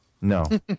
No